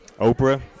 Oprah